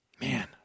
Man